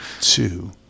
two